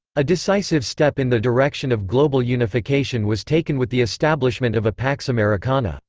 a decisive step in the direction of global unification was taken with the establishment of a pax americana.